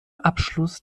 abschluss